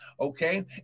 Okay